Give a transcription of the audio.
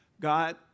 God